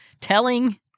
telling